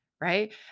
right